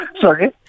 Sorry